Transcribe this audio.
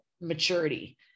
maturity